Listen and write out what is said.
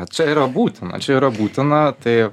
čia yra būtina čia yra būtina tai